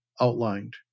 outlined